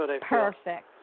Perfect